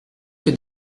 que